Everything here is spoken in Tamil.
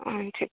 ஆ சரி